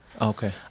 Okay